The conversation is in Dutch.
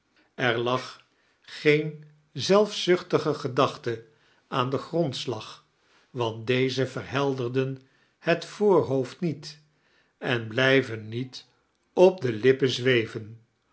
er lag geen zelfzuchtige gedachte aan ten grondslag want deze veirhelderen het voorhioofd naiet en blijven niet op de lippen zweven